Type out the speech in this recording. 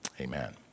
Amen